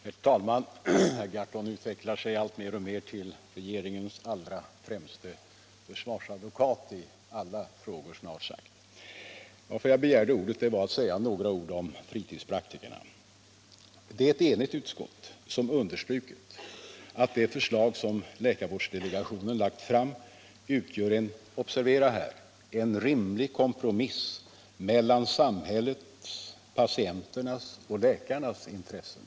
Herr talman! Herr Gahrton utvecklar sig alltmer till regeringens allra främste försvarsadvokat i snart sagt alla frågor. Beträffande fritidspraktikerna är det ett enigt utskott som understryker att det förslag som läkarvårdsdelegationen lagt fram utgör en rimlig kompromiss mellan samhällets, patienternas och läkarnas intressen.